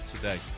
today